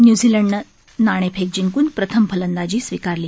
न्युझीलंडनं नाणेफेक जिंकन प्रथम फलंदाजी स्वीकारली